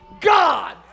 God